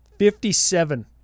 Fifty-seven